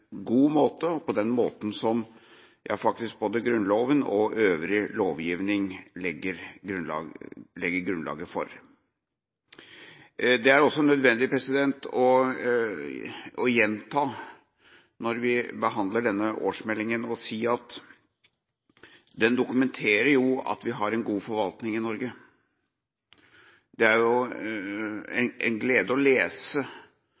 god måte – og på den måten som faktisk både Grunnloven og øvrig lovgivning legger grunnlaget for. Det er også nødvendig når vi behandler denne årsmeldinga, å si at den dokumenterer at vi har en god forvaltning i Norge. Det er en glede å lese